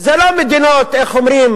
זה לא מדינות, איך אומרים,